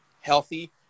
healthy